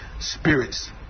spirits